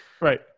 Right